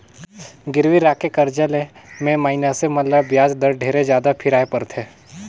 गिरवी राखके करजा ले मे मइनसे मन ल बियाज दर ढेरे जादा फिराय परथे